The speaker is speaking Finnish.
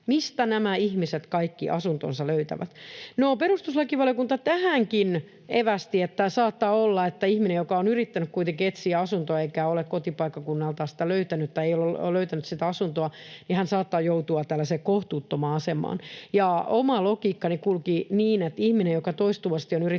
kaikki nämä ihmiset asuntonsa löytävät? No, perustuslakivaliokunta tähänkin evästi, että saattaa olla, että ihminen, joka on yrittänyt kuitenkin etsiä asuntoa, eikä ole kotipaikkakunnalta sitä löytänyt tai ei ole löytänyt sieltä asuntoa, saattaa joutua tällaiseen kohtuuttomaan asemaan. Oma logiikkani kulki niin, että ihminen, joka toistuvasti on yrittänyt